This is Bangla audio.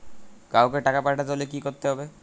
কাওকে টাকা পাঠাতে হলে কি করতে হবে?